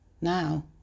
Now